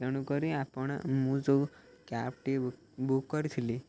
ତେଣୁକରି ଆପଣ ମୁଁ ଯୋଉ କ୍ୟାବ୍ଟି ବୁକ୍ ବୁକ୍ କରିଥିଲି